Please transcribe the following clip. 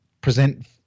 present